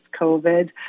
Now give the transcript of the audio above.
COVID